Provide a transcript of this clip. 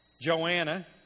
Joanna